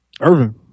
Irvin